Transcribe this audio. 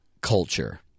culture